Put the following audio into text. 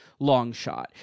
Longshot